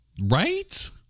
right